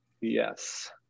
Yes